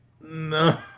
no